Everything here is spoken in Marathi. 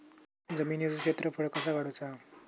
जमिनीचो क्षेत्रफळ कसा काढुचा?